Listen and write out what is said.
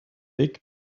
big